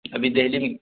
ابھی دہلی